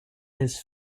his